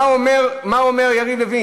מה אומר יריב לוין?